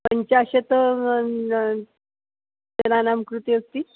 पञ्चाशत् जनानां कृते अस्ति